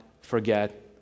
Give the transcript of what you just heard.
forget